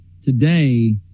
Today